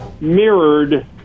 mirrored